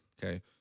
okay